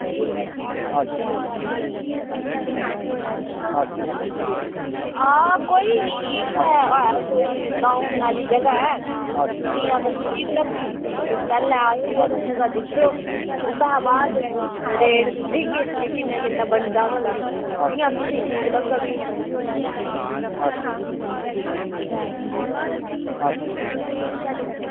आं कोई निं इत्थें एह् कोई दंऊ कनाल ई जगह ऐ तुसेंगी अगर ठीक लग्गी ते तुस आयो ते जगह दिक्खेओ ते ओह्दे कशा बाद च रेट दिक्खगे कि किन्ना किन्ना बनेआ भला जियां तुसेंगी ठीक लग्गग भी